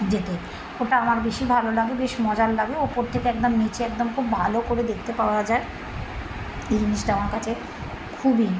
যেতে ওটা আমার বেশি ভালো লাগে বেশ মজার লাগে উপর থেকে একদম নীচে একদম খুব ভালো করে দেখতে পাওয়া যায় এই জিনিসটা আমার কাছে খুবই